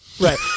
Right